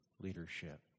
leadership